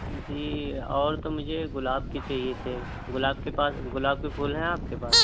جی اور تو مجھے گلاب کے چاہیے تھے گلاب کے پاس گلاب کے پھول ہیں آپ کے پاس